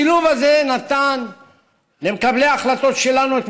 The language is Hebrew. השילוב הזה נתן למקבלי ההחלטות שלנו את